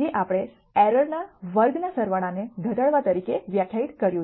જે આપણે એરરના વર્ગના સરવાળા ને ઘટાડવા તરીકે વ્યાખ્યાયિત કર્યું છે